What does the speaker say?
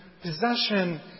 possession